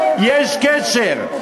יש קשר.